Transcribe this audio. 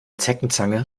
zeckenzange